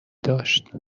داشت